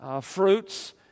fruits